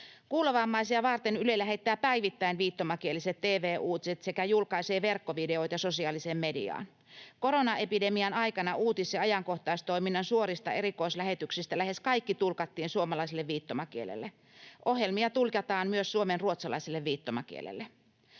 Kuulovammaisia varten Yle lähettää päivittäin viittomakieliset tv-uutiset sekä julkaisee verkkovideoita sosiaaliseen mediaan. Koronaepidemian aikana uutis- ja ajankohtaistoiminnan suorista erikoislähetyksistä lähes kaikki tulkattiin suomalaiselle viittomakielelle. Ohjelmia tulkataan myös suomenruotsalaiselle viittomakielelle.